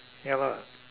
ya lah